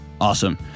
awesome